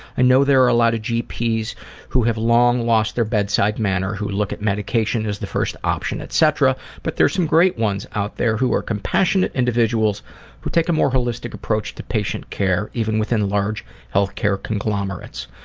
i know there are a lot of gp's who have long lost their bedside manner, who look at medication as the first option, etc. but there are some great ones out there who are compassionate individuals who take a more holistic approach to patient care, even within large healthcare conglomerates.